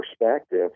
perspective